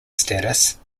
status